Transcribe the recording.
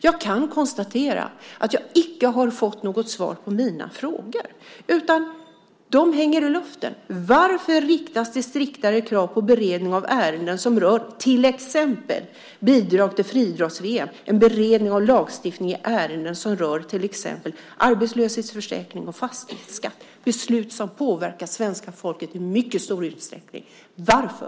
Jag kan konstatera att jag icke fått något svar på mina frågor, utan de hänger i luften. Varför riktas det striktare krav på beredning av ärenden som rör till exempel bidrag till friidrotts-VM än beredning av lagstiftning i ärenden som rör exempelvis arbetslöshetsförsäkring och fastighetsskatt, beslut som påverkar svenska folket i mycket stor utsträckning. Varför?